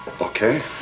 Okay